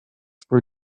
for